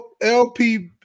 LP